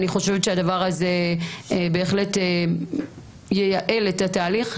אני חושבת שהדבר הזה בהחלט ייעל את התהליך.